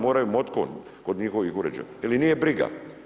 Moraju motikom kod njihovih uređaja jer ih nije briga.